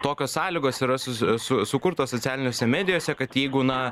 tokios sąlygos yra su su sukurtos socialinėse medijose kad jeigu na